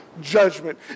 judgment